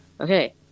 Okay